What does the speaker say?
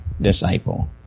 disciple